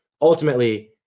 ultimately